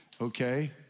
Okay